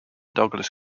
douglas